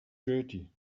dirty